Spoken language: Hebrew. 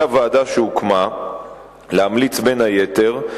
על הוועדה שהוקמה להמליץ, בין היתר,